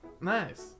nice